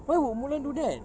why would mulan do that